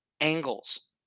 angles